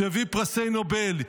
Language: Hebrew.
שהביא פרסי נובל,